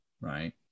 right